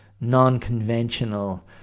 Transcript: non-conventional